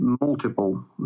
multiple